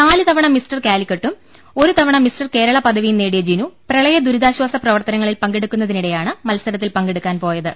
നാല് തവണ മിസ്റ്റർ കാലിക്കറ്റും ഒരു തവണ മിസ്റ്റർ കേരള പദവിയും നേടിയ ജിനു പ്രപളയദുരിതാശ്വാസ പ്രവർത്തനങ്ങളിൽ പങ്കെടുക്കുന്ന തിനിടെയാണ് മത്സരത്തിൽ പങ്കെടുക്കാൻ പോയത്